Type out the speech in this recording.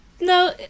No